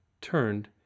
turned